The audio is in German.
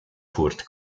kurt